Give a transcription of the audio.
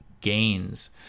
gains